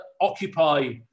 occupy